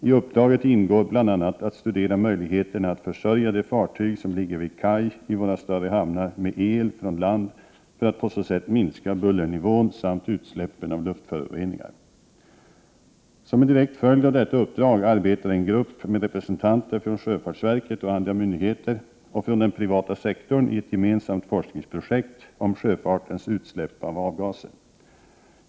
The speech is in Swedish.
I uppdraget ingår bl.a. att studera möjligheterna att försörja de fartyg som ligger vid kaj i våra större hamnar med el från land för att på så sätt minska bullernivån samt utsläppen av luftföroreningar. Som en direkt följd av detta uppdrag arbetar en grupp med representanter från sjöfartsverket och andra myndigheter och från den privata sektorn i ett gemensamt forskningsprojekt om sjöfartens utsläpp av avgaser.